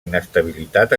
inestabilitat